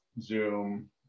Zoom